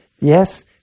yes